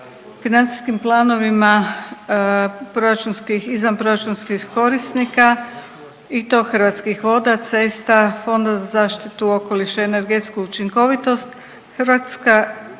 financijskim planovima proračunskih, izvanproračunskih korisnika i to Hrvatskih voda, cesta, Fonda za zaštitu okoliša i energetsku učinkovitost, Hrvatska